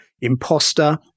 imposter